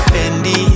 Fendi